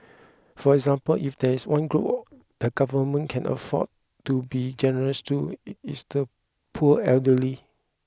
for example if there is one group the government can afford to be generous to it is the poor elderly